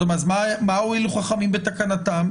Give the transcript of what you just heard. אז מה הועילו חכמים בתקנתם?